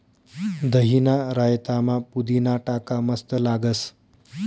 दहीना रायतामा पुदीना टाका मस्त लागस